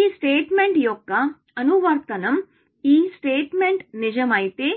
ఈ స్టేట్మెంట్ యొక్క అనువర్తనం ఈ స్టేట్మెంట్ నిజమైతే